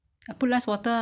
winter melon soup